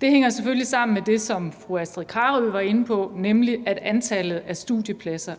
Det hænger selvfølgelig sammen med det, som fru Astrid Carøe var inde på, nemlig at antallet af studiepladser